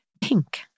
pink